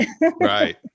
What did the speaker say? Right